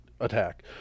attack